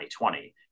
2020